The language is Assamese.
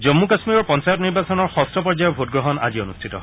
জম্মু কাশ্মীৰৰ পঞ্চায়ত নিৰ্বাচনৰ ষষ্ঠ পৰ্যায়ৰ ভোট গ্ৰহণ আজি অনুষ্ঠিত হয়